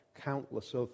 countless